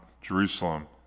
Jerusalem